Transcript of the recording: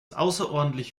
außerordentlich